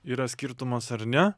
yra skirtumas ar ne